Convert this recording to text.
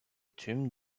tüm